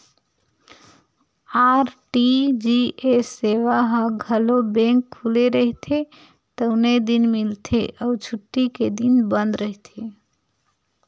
RTGS सेवा ह घलो बेंक खुले रहिथे तउने दिन मिलथे अउ छुट्टी के दिन बंद रहिथे